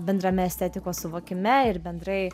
bendrame estetikos suvokime ir bendrai